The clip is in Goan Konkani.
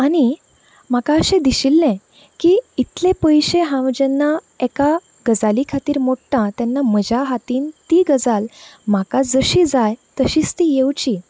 आनी म्हाका अशें दिशिल्लें की इतले पयशें हांव जेन्ना एका गजाली खातीर मोडटा तेन्ना म्हज्या हातीन ती गजाल म्हाका जशी जाय तशींच ती येवची